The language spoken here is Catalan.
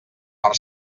per